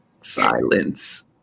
silence